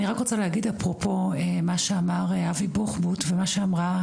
אני רק רוצה להגיד אפרופו מה שאמר אבי בוחבוט ומה שאמרה